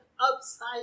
upside